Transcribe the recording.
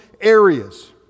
areas